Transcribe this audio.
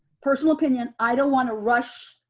personal opinion, i don't wanna rush.